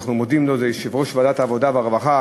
שאנחנו מודים לו, זה יושב-ראש ועדת העבודה, הרווחה